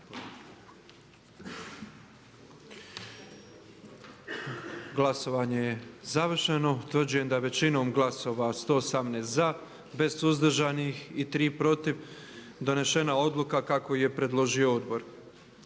Glasovanje je završeno. Utvrđujem da je većinom glasova za 115, 4 suzdržana i 4 protiv donesena Odluka o imenovanju